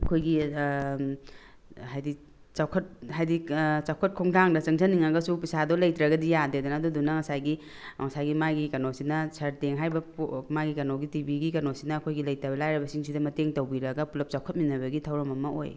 ꯑꯩꯈꯣꯏꯒꯤ ꯍꯥꯏꯗꯤ ꯆꯥꯎꯈꯠ ꯈꯣꯡꯊꯥꯡꯗ ꯆꯪꯁꯤꯟꯅꯤꯡꯉꯒꯁꯨ ꯄꯩꯁꯥꯗꯣ ꯂꯩꯇ꯭ꯔꯒꯗꯤ ꯌꯥꯗꯦꯗꯅ ꯑꯗꯨꯗꯨꯅ ꯉꯁꯥꯏꯒꯤ ꯉꯁꯥꯏꯒꯤ ꯃꯥꯒꯤ ꯀꯩꯅꯣꯁꯤꯅ ꯁꯥꯔꯛ ꯇꯦꯡ ꯍꯥꯏꯔꯤꯕ ꯃꯥꯒꯤ ꯀꯩꯅꯣꯒꯤ ꯇꯤꯚꯤꯒꯤ ꯀꯩꯅꯣꯁꯤꯅ ꯑꯩꯈꯣꯏꯒꯤ ꯂꯩꯇꯕ ꯂꯥꯏꯔꯕꯁꯤꯡꯁꯤꯗ ꯃꯇꯦꯡ ꯇꯧꯕꯤꯔꯒ ꯄꯨꯂꯞ ꯆꯥꯎꯈꯠꯃꯤꯟꯕꯒꯤ ꯊꯧꯔꯝ ꯑꯃ ꯑꯣꯏ